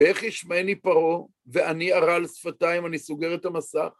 איך ישמעני פרעה, ואני ערל שפתיים? אני סוגר את המסך.